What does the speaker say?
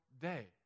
day